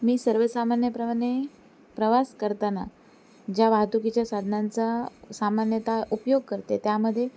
मी सर्वसामान्यप्रमाणे प्रवास करताना ज्या वाहतुकीच्या साधनांचा सामान्यतः उपयोग करते त्यामध्ये